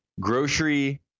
grocery